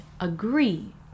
agree